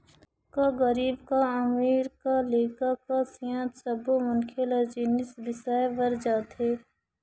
का गरीब का अमीर, का लइका का सियान सब्बो मनखे ल जिनिस बिसाए बर जाथे